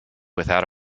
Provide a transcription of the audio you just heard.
without